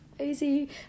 Easy